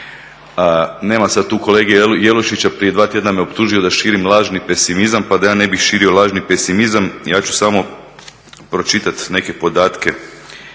Nema sada tu kolege Jelušića, prije 2 tjedna me optužio da širim lažni pesimizam, pa da ja ne bi širio lažni pesimizam ja ću samo pročitati neke podatke